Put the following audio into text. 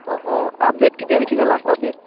অঁ অঁ আপডে'ট কেতিয়া দিছিলে লাষ্ট আপডে'ট